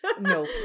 No